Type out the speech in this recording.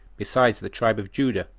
besides the tribe of judah,